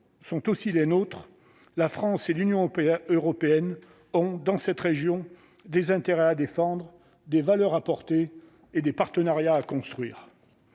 sont aussi les nôtres, la France et l'Union européenne ont, dans cette région, des intérêts et des valeurs à défendre, et des partenariats à construire.